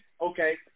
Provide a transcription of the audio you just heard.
okay